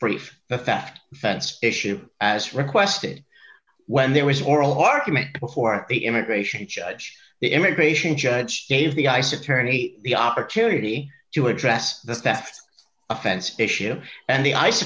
brief the fact fence issue as requested when there was oral argument before the immigration judge the immigration judge gave the ice attorney the opportunity to address the staff's offense fishes and the ice